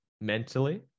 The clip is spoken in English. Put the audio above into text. mentally